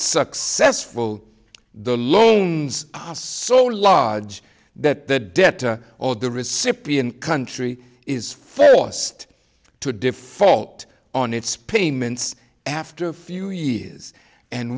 successful the loans so large that debt or the recipient country is forced to default on its payments after a few years and